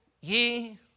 ye